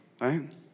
right